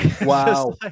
Wow